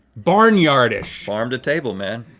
barnyardish. farm to table, man.